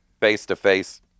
face-to-face